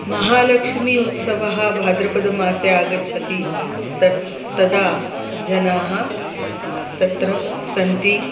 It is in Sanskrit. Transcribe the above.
महालक्ष्मी उत्सवः भाद्रपदमासे आगच्छति तत् तदा जनाः तत्र सन्ति